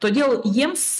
todėl jiems